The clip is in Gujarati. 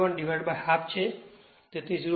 01half છે તેથી 0